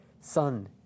Son